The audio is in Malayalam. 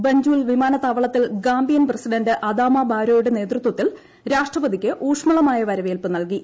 ബഞ്ചൂൽ വിമാനത്താവളത്തിൽ ഗാമ്പിയൻ പ്രസിഡന്റ് അദാമ ബാരോയുടെ നേതൃത്വത്തിൽ രാഷ്ട്രപതിക്ക് ഊഷ്മളമായ വരവേൽപ്പ് നൽകി